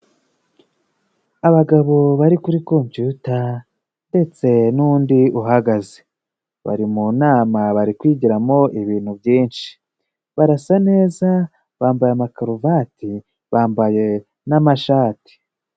Abagabo bari kuri kompiyuta ndetse n'undi uhagaze. Bari mu nama, bari kwigiramo ibintu byinshi. Barasa neza, bambaye amakaruvati, bambaye n'amashati.